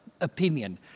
Opinion